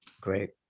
Great